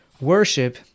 worship